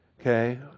Okay